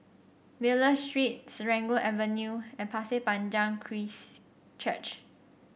Miller Street Serangoon Avenue and Pasir Panjang Christ Church